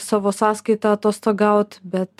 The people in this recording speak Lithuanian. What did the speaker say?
savo sąskaita atostogaut bet